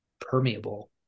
permeable